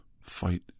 fight